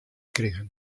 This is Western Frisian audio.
krige